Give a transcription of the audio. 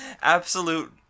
Absolute